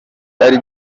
ari